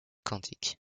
quantique